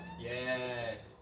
Yes